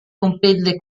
comprende